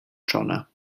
czona